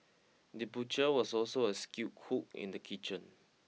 the butcher was also a skilled cook in the kitchen